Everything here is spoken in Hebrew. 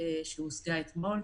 מתוך תקציב הקורונה הכולל?